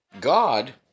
God